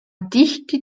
tihti